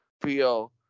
feel